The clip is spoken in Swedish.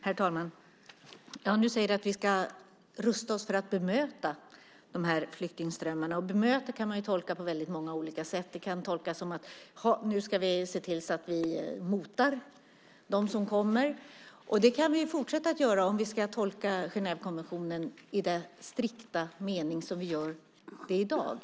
Herr talman! Fredrick Federley säger att vi ska rusta oss för att bemöta flyktingströmmarna. Man kan tolka ordet bemöta på väldigt många olika sätt. Det kan tolkas som att vi nu ska se till att vi motar dem som kommer. Det kan vi fortsätta att göra om vi ska tolka Genèvekonventionen i den strikta mening som vi gör i dag.